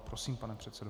Prosím, pane předsedo.